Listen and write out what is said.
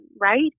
right